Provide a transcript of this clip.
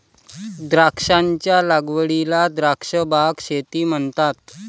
द्राक्षांच्या लागवडीला द्राक्ष बाग शेती म्हणतात